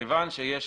כיוון שיש